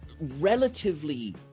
relatively